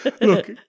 Look